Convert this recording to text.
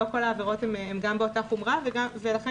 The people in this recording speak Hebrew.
לא כל העבירות הן באותה חומרה ולכן